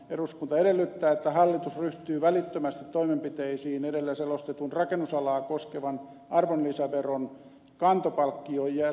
eduskunta edellyttää että hallitus ryhtyy välittömästi toimenpiteisiin edellä selostetun rakennusalaa koskevan arvonlisäveron veronkantopalkkion säätämiseksi